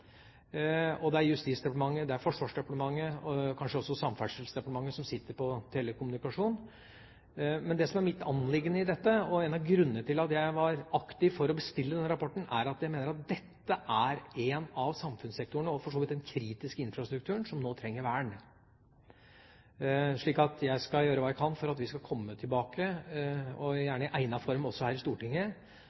inn. Det er Justisdepartementet, det er Forsvarsdepartementet og kanskje også Samferdselsdepartementet, som har ansvar for telekommunikasjon. Det som er mitt anliggende her og en av grunnene til at jeg var aktiv i å bestille denne rapporten, er at jeg mener at dette er en av samfunnssektorene, og for så vidt den kritiske infrastrukturen, som nå trenger vern. Så jeg skal gjøre hva jeg kan for at vi skal komme tilbake – gjerne i egnet form også her i Stortinget